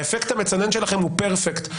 האפקט המצנן שלכם הוא פרפקט,